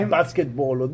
basketball